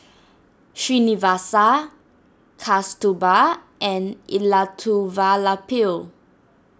Srinivasa Kasturba and Elattuvalapil